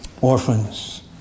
orphans